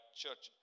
church